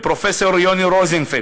לפרופסור יונה רוזנפלד,